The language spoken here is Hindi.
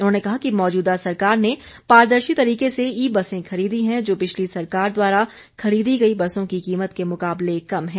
उन्होंने कहा कि मौजूदा सरकार ने पारदर्शी तरीके से ई बसें खरीदी हैं जो पिछली सरकार द्वारा खरीदी गई बसों की कीमत के मुकाबले कम है